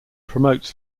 promotes